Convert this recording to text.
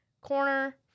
corner